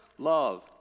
love